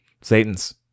Satan's